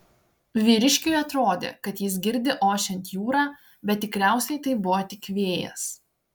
vyriškiui atrodė kad jis girdi ošiant jūrą bet tikriausiai tai buvo tik vėjas